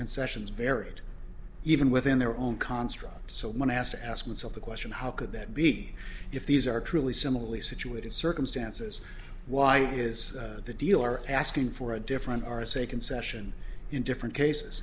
concessions varied even within their own construct so when asked i asked myself the question how could that be if these are truly similarly situated circumstances why is the dealer asking for a different r s a concession in different cases